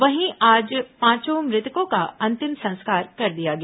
वहीं आज पांचों मृतकों का अंतिम संस्कार कर दिया गया